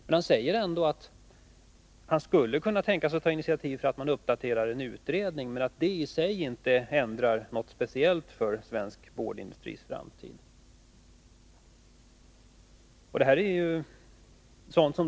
Men han säger ändå att han skulle kunna tänka sig att ta initiativ för att uppdatera en utredning, men att det i och för sig inte ändrar något speciellt för svensk boardindustris framtid.